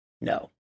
no